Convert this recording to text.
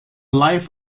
life